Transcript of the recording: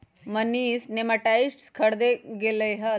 Manish nematicide खरीदे गय लय